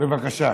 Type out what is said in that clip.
בבקשה.